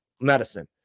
medicine